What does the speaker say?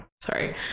Sorry